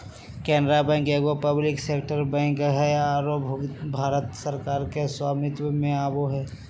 Canara bank एगो public sector bank हइ आरो भारत सरकार के स्वामित्व में आवो हइ